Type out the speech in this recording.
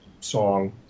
song